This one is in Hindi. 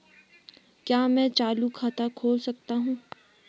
क्या मैं चालू खाता खोल सकता हूँ?